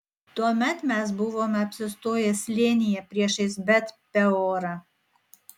tuomet mes buvome apsistoję slėnyje priešais bet peorą